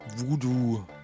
voodoo